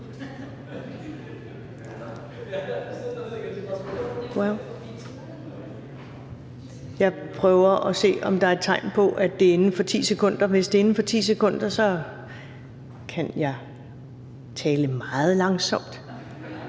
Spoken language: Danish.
Jeg prøver at se, om der er tegn på, at det er inden for 10 sekunder. Hvis det er inden for 10 sekunder, kan jeg tale meget langsomt